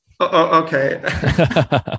okay